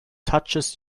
touches